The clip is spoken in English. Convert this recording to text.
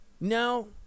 No